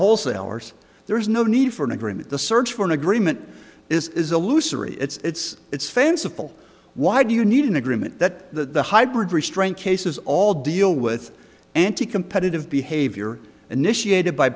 wholesalers there is no need for an agreement the search for an agreement is illusory it's it's fanciful why do you need an agreement that the hybrid restraint cases all deal with anticompetitive behavior initiate